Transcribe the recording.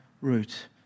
route